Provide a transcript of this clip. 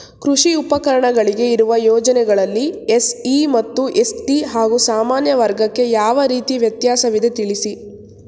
ಕೃಷಿ ಉಪಕರಣಗಳಿಗೆ ಇರುವ ಯೋಜನೆಗಳಲ್ಲಿ ಎಸ್.ಸಿ ಮತ್ತು ಎಸ್.ಟಿ ಹಾಗೂ ಸಾಮಾನ್ಯ ವರ್ಗಕ್ಕೆ ಯಾವ ರೀತಿ ವ್ಯತ್ಯಾಸವಿದೆ ತಿಳಿಸಿ?